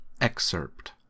Excerpt